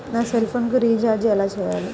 నా సెల్ఫోన్కు రీచార్జ్ ఎలా చేయాలి?